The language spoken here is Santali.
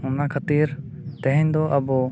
ᱚᱱᱟ ᱠᱷᱟᱹᱛᱤᱨ ᱛᱮᱦᱮᱧ ᱫᱚ ᱟᱵᱚ